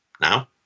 now